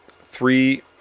three